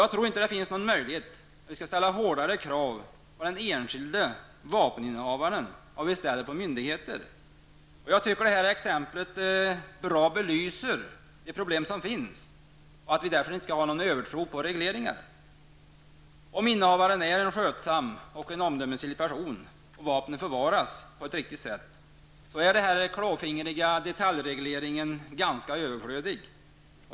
Jag tror inte att vi skall ställa hårdare krav på enskilda vapeninnehavare än vad vi ställer på myndigheter. Och jag tycker att exemplet från Lidingö bra belyser att det finns problem och att vi därför inte skall ha en övertro på regleringar. Om innehavaren är en skötsam och omdömesgill person och vapnen förvaras på ett riktigt sätt, är denna klångfingriga detaljreglering ganska överflödig.